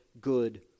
good